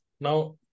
now